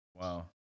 Wow